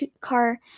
car